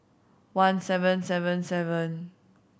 one seven seven seven